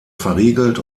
verriegelt